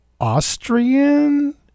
Austrian